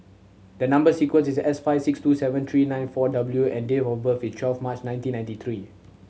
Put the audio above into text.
the number sequence is S five six two seven three nine four W and date of birth is twelve March nineteen ninety three